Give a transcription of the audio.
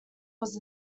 was